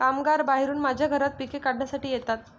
कामगार बाहेरून माझ्या घरात पिके काढण्यासाठी येतात